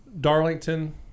Darlington